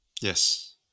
Yes